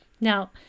Now